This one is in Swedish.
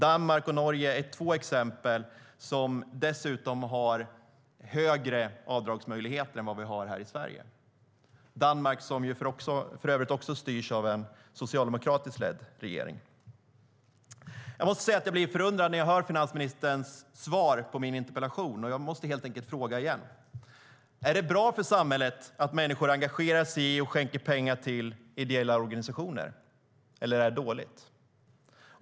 Danmark och Norge är två exempel, där man dessutom har möjlighet att göra större avdrag än man har i Sverige. Danmark styrs för övrigt också av en socialdemokratiskt ledd regering. Jag blir förundrad när jag hör finansministerns svar på min interpellation och måste helt enkelt fråga igen: Är det bra för samhället att människor engagerar sig i och skänker pengar till ideella organisationer, eller är det dåligt?